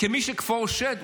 כמי שכפאו שד,